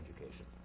education